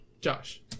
Josh